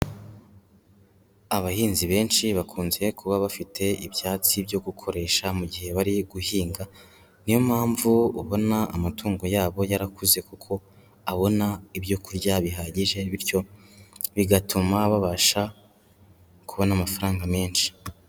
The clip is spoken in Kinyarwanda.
Abahinzi benshi bakunze kuba bafite ibyatsi byo gukoresha mu gihe bari guhinga, ni yo mpamvu ubona amatungo yabo yarakuze kuko abona ibyo kurya bihagije, bityo bigatuma babasha kubona amafaranga menshi.